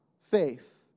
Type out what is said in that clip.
faith